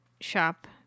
shop